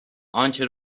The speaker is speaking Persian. آنچه